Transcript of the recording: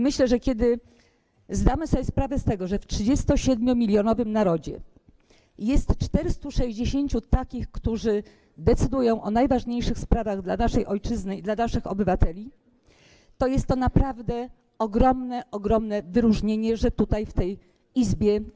Myślę, że kiedy zdamy sobie sprawę z tego, że w 37-milionowym narodzie jest 460 takich, którzy decydują o najważniejszych sprawach dla naszej ojczyzny i dla naszych obywateli, to jest to naprawdę ogromne wyróżnienie, że zasiadamy tutaj, w tej Izbie.